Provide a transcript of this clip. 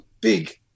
big